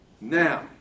Now